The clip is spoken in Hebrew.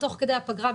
תוך כדי הפגרה,